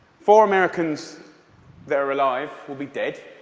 four americans that are alive will be dead